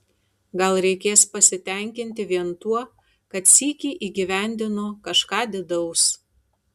gal reikės pasitenkinti vien tuo kad sykį įgyvendino kažką didaus